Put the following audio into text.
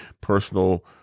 Personal